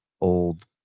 old